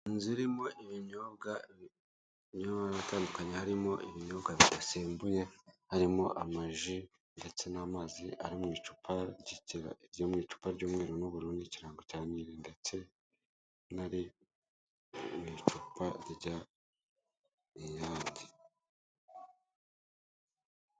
Inzu irimo ibinyobwa birimo amabara atandukanye harimo ibinyobwa bisembuye, harimo amaji ndetse n'amazi ari mu icupa ry'umweru, n'ubururu ndetse n'ikirango cya niri ndetse hari n'icupa.